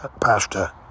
pasta